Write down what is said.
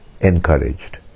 encouraged